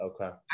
okay